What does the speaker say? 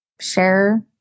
share